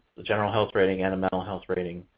the general health rating, and a mental health rating,